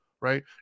Right